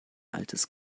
altes